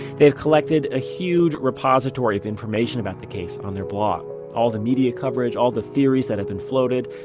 they've collected a huge repository of information about the case on their blog all the media coverage, all the theories that have been floated,